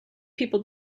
people